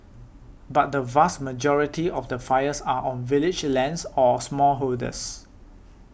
but the vast majority of the fires are on village lands or smallholders